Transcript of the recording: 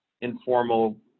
informal